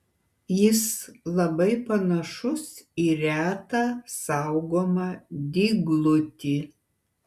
jis labai panašus į retą saugomą dyglutį